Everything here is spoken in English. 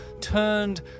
turned